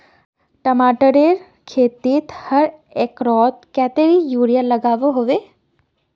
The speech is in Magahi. टमाटरेर खेतीत हर एकड़ोत कतेरी यूरिया लागोहो होबे?